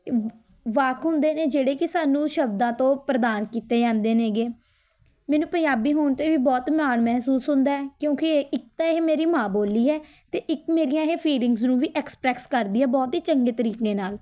ਵਾਕ ਹੁੰਦੇ ਨੇ ਜਿਹੜੇ ਕਿ ਸਾਨੂੰ ਸ਼ਬਦਾਂ ਤੋਂ ਪ੍ਰਦਾਨ ਕੀਤੇ ਜਾਂਦੇ ਨੇ ਗੇ ਮੈਨੂੰ ਪੰਜਾਬੀ ਹੋਣ 'ਤੇ ਵੀ ਬਹੁਤ ਮਾਣ ਮਹਿਸੂਸ ਹੁੰਦਾ ਹੈ ਕਿਉਂਕਿ ਇਹ ਇੱਕ ਤਾਂ ਇਹ ਮੇਰੀ ਮਾਂ ਬੋਲੀ ਹੈ ਅਤੇ ਇੱਕ ਮੇਰੀਆਂ ਇਹ ਫੀਲਿੰਗਸ ਨੂੰ ਵੀ ਐਕਸਪ੍ਰੈਕਸ ਕਰਦੀ ਹੈ ਬਹੁਤ ਹੀ ਚੰਗੇ ਤਰੀਕੇ ਨਾਲ